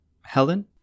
Helen